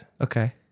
Okay